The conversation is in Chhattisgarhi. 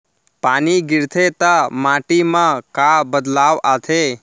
पानी गिरथे ता माटी मा का बदलाव आथे?